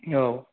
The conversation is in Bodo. औ